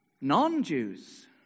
non-Jews